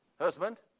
husband